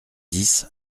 dix